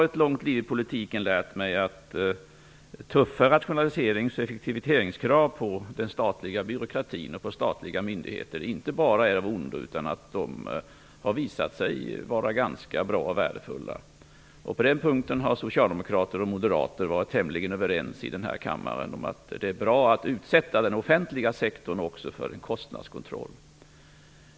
Ett långt liv i politiken har lärt mig att tuffa effektiviseringskrav och rationaliseringskrav när det gäller den statliga byråkratin och de statliga myndigheterna inte bara är av ondo. De har i stället visat sig vara ganska bra och värdefulla. På den punkten har moderater och socialdemokrater i den här kammaren varit tämligen överens. Det är bra att utsätta också den offentliga sektorn för en kostnadskontroll.